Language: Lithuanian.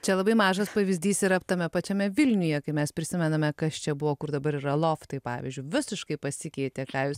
čia labai mažas pavyzdys yra tame pačiame vilniuje kai mes prisimename kas čia buvo kur dabar yra loftai pavyzdžiui visiškai pasikeitė ką jūs